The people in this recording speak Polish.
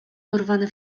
urwane